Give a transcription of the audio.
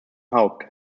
haupt